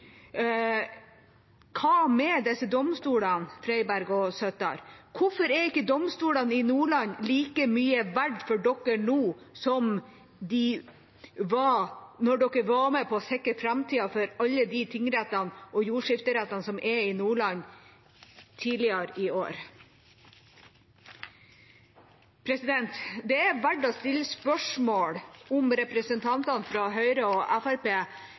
Hva med disse domstolene, Freiberg og Søttar? Hvorfor er ikke domstolene i Nordland like mye verd for dere nå som de var da dere var med på å sikre framtida til alle de tingrettene og jordskifterettene som er i Nordland, tidligere i år? Det er verdt å stille spørsmålet om representantene fra Høyre og